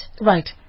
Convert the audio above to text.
Right